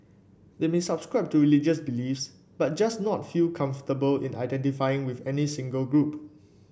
they may subscribe to religious beliefs but just not feel comfortable in identifying with any single group